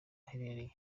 aherereye